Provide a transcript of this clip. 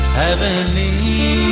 heavenly